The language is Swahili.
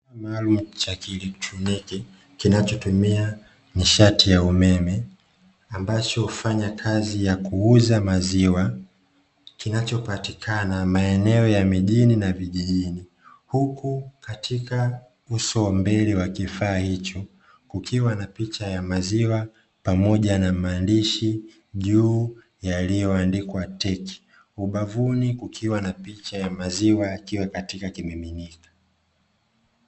Kifaa maalumu cha kielektroniki kinachotumia nishati ya umeme ambacho ufanya kazi ya kuuza maziwa kinacho patikana maeneo ya mijini na vijijini, huku katika uso wa mbele wa kifaa hicho kukiwa na picha ya maziwa pamoja na maandishi juu yaliyoandikwa "Tech" ubavuni kukiwa na picha ya maziwa yakiwa katika kimiminika.